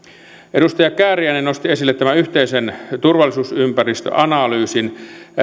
edustaja kääriäinen nosti esille yhteisen turvallisuusympäristöanalyysin